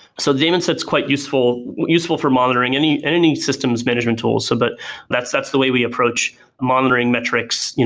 so the daemon set is quite useful useful for monitoring any any systems management tool, so but that's that's the way we approach monitoring metrics,